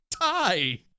tie